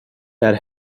that